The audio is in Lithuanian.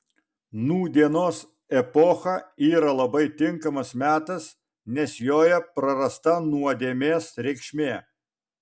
nūdienos epocha yra labai tinkamas metas nes joje prarasta nuodėmės reikšmė